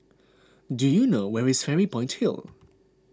do you know where is Fairy Point Hill